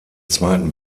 zweiten